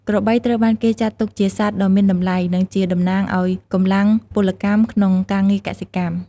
ក្របីត្រូវបានគេចាត់ទុកជាសត្វដ៏មានតម្លៃ និងជាតំណាងឱ្យកម្លាំងពលកម្មក្នុងការងារកសិកម្ម។